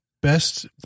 best